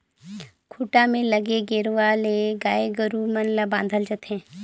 खूंटा में लगे गेरवा ले गाय गोरु मन ल बांधल जाथे